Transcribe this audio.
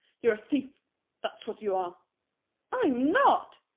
you're a thief that's what you are. i'm not,